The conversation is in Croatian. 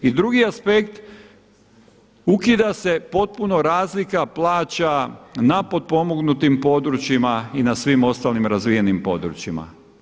I drugi aspekt, ukida se potpuno razlika plaća na potpomognutim područjima i na svim ostalim razvijenim područjima.